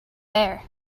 there